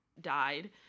died